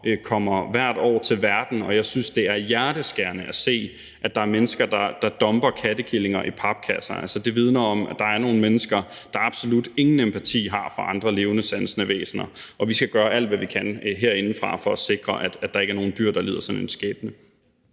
kommer hvert år til verden, og jeg synes, det er hjerteskærende at se, at der er mennesker, der dumper kattekillinger i papkasser. Altså, det vidner om, at der er nogle mennesker, der absolut ingen empati har for andre levende sansende væsener. Og vi skal gøre alt, hvad vi kan herindefra, for at sikre, at der ikke er nogen dyr, der lider sådan en skæbne.